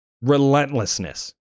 relentlessness